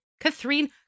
Catherine